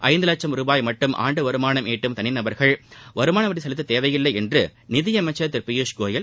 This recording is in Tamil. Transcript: ஐந்து வட்சம் ரூபாய் மட்டும் ஆண்டு வருமானம் ஈட்டும் தனி நபர்கள் வருமான வரி செலுத்த தேவையில்லை என்று நிதி அமைச்சர் திரு பியூஷ் கோயல்